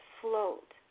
float